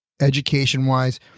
education-wise